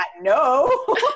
no